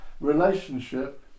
relationship